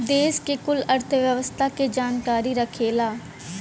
देस के कुल अर्थव्यवस्था के जानकारी रखेला